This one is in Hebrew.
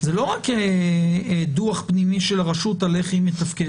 זה לא רק דוח פנימי של הרשות על איך היא מתפקדת.